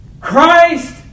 Christ